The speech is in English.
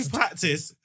practice